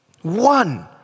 one